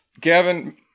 Gavin